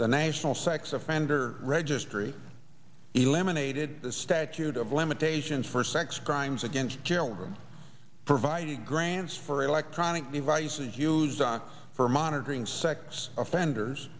the national sex offender registry eliminated the statute of limitations for sex crimes against children providing grants for electronic devices used for monitoring sex offenders